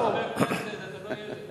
אתה חבר כנסת, אתה לא ילד.